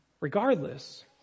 Regardless